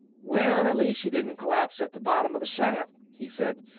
well, at least she didn't collapse at the bottom of the shaft, he said.